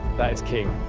that is king.